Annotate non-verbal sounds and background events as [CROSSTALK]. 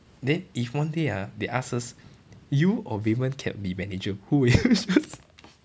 then if one day ah they ask us you or raymond can be manager who will you choose [LAUGHS]